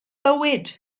bywyd